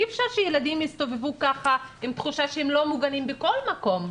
אי אפשר שילדים יסתובבו כך עם תחושה שהם לא מוגנים בכל מקום.